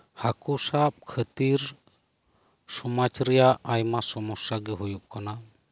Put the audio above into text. ᱦᱟᱹᱠᱩ ᱥᱟᱵ ᱠᱷᱟᱹᱛᱤᱨ ᱥᱚᱢᱟᱡ ᱨᱮᱭᱟᱜ ᱟᱭᱢᱟ ᱥᱚᱢᱚᱥᱥᱟ ᱜᱮ ᱦᱩᱭᱩᱜ ᱠᱟᱱᱟ